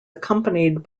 accompanied